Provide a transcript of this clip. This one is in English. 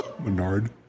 Menard